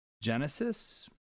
Genesis